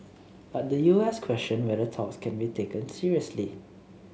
but the U S questioned whether talks could be taken seriously